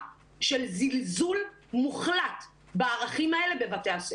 של זלזול מוחלט בערכים האלה בבתי הספר.